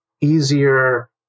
easier